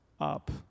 up